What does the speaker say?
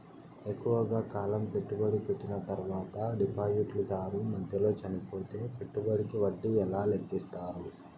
ఎక్కువగా కాలం పెట్టుబడి పెట్టిన తర్వాత డిపాజిట్లు దారు మధ్యలో చనిపోతే పెట్టుబడికి వడ్డీ ఎలా లెక్కిస్తారు?